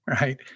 right